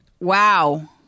wow